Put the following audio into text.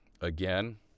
again